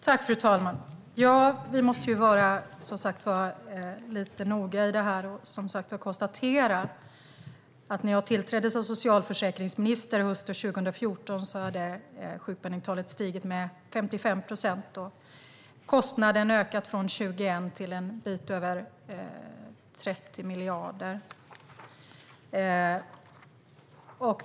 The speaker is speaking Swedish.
Fru talman! Vi måste som sagt vara noga i det här, och jag kan konstatera att när jag tillträdde som socialförsäkringsminister hösten 2014 hade sjukpenningtalet stigit med 55 procent och kostnaden ökat från 21 miljarder till en bit över 30 miljarder.